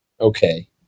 okay